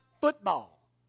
football